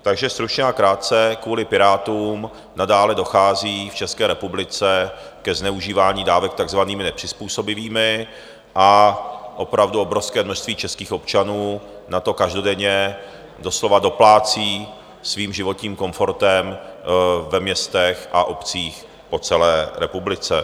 Takže stručně a krátce, kvůli Pirátům nadále dochází v České republice ke zneužívání dávek takzvanými nepřizpůsobivými a opravdu obrovské množství českých občanů na to každodenně doslova doplácí svým životním komfortem ve městech a obcích po celé republice.